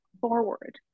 forward